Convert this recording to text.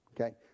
Okay